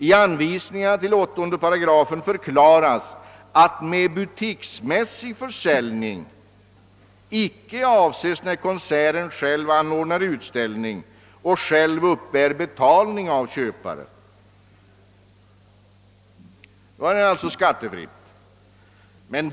I anvisningarna till 8 § förklaras att med butiksmässig försäljning inte avses när konstnären »själv anordnar utställning och själv uppbär betalningen av köpare». I sådana fall är alltså försäljningen skattefri.